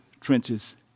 trenches